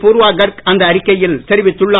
பூர்வா கர்க் அந்த அறிக்கையில் தெரிவித்துள்ளார்